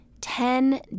Ten